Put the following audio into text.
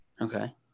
Okay